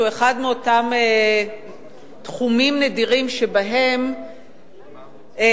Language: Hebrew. הוא אחד מאותם תחומים נדירים שבהם אין